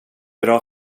bra